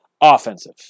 offensive